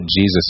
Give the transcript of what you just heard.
Jesus